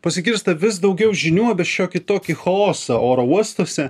pasigirsta vis daugiau žinių apie šiokį tokį chaosą oro uostuose